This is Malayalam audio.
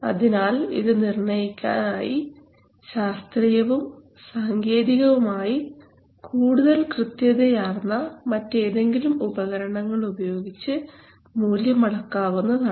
അതിനാൽ ഇത് നിർണയിക്കാൻ ആയി ശാസ്ത്രീയവും സങ്കേതികവുമായി കൂടുതൽ കൃത്യതയാർന്ന മറ്റേതെങ്കിലും ഉപകരണങ്ങളുപയോഗിച്ച് മൂല്യം അളക്കാവുന്നതാണ്